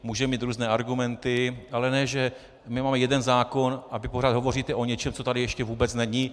Může mít různé argumenty, ale ne že máme jeden zákon a vy pořád hovoříte o něčem, co tady ještě vůbec není.